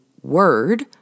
word